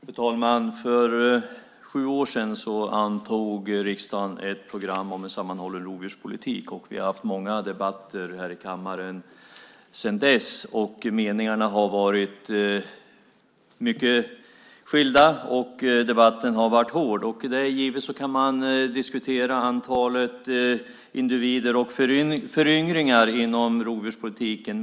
Fru talman! För sju år sedan antog riksdagen ett program om en sammanhållen rovdjurspolitik. Vi har haft många debatter här i kammaren sedan dess, och meningarna har varit mycket skilda och debatten har varit hård. Detta givet kan man diskutera antalet individer och föryngringar inom rovdjurspolitiken.